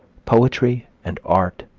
poetry and art,